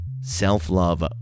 self-love